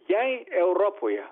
jei europoje